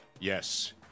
Yes